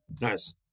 Nice